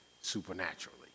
supernaturally